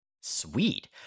Sweet